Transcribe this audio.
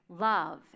love